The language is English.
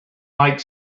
like